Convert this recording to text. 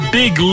big